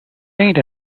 saint